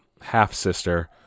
half-sister